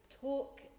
talk